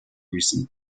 recent